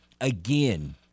Again